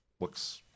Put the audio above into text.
looks